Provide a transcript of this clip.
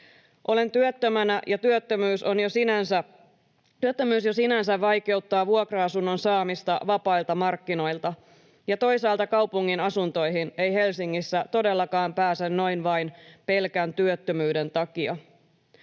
Olen työttömänä, ja työttömyys jo sinänsä vaikeuttaa vuokra-asunnon saamista vapailta markkinoilta, ja toisaalta kaupungin asuntoihin ei Helsingissä todellakaan pääse noin vain ”pelkän” työttömyyden takia.